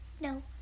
No